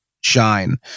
shine